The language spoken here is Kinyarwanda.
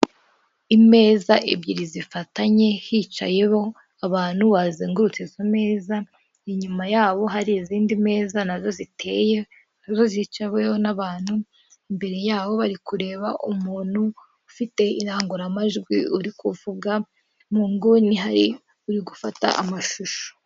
Imeza ebyiri zifatanye hicayeho abantu bazengurutse izo meza, inyuma yabo hari izindi meza na zo ziteye na zo zicaweho n'abantu, imbere yaho bari kureba umuntu ufite irangurumajwi uri kuvuga mu nguni hari uri gufata amashusho.